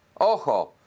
ojo